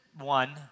one